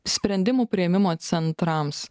sprendimų priėmimo centrams